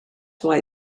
why